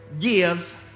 Give